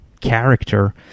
character